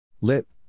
Lip